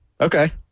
okay